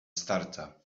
starca